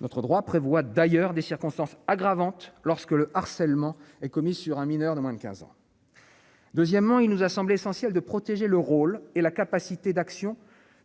notre droit prévoit d'ailleurs des circonstances aggravantes lorsque le harcèlement est commis sur un mineur de moins de 15 ans, deuxièmement, il nous a semblé essentiel de protéger le rôle et la capacité d'action